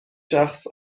شخص